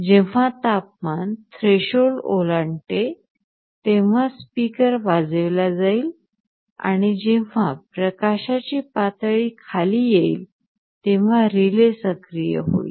जेव्हा तापमान थ्रेशोल्ड ओलांडते तेव्हा स्पीकर वाजविला जाईल आणि जेव्हा प्रकाशाची पातळी खाली येईल तेव्हा रिले सक्रिय होईल